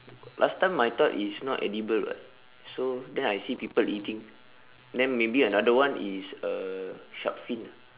last time I thought is not edible [what] so then I see people eating then maybe another one is uh shark fin